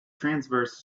transverse